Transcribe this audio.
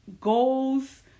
goals